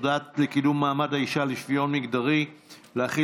הודעת הוועדה לקידום מעמד האישה ולשוויון מגדרי להחיל